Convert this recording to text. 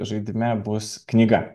žaidime bus knyga